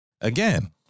Again